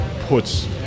puts